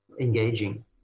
engaging